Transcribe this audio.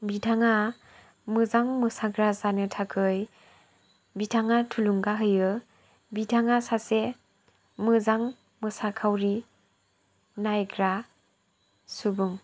बिथांआ मोजां मोसाग्रा जानो थाखै बिथांआ थुलुंगा होयो बिथांआ सासे मोजां मोसाखावरि नायग्रा सुबुं